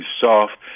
soft